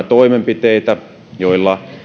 toimenpiteitä joilla